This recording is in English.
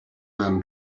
man